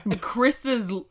Chris's